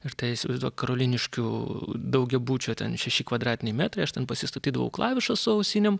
ir tai įsivaizduok karoliniškių daugiabučio ten šeši kvadratiniai metrai aš ten pasistatydavau klavišas su ausinėm